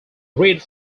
read